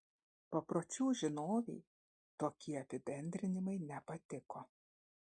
papročių žinovei tokie apibendrinimai nepatiko